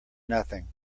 nothing